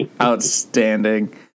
outstanding